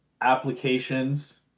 applications